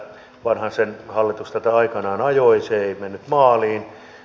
vanhasen hallitus tätä aikanaan ajoi se ei mennyt maaliin